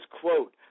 quote